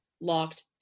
locked